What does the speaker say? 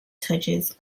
touches